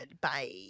Bye